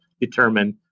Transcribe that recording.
determine